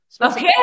okay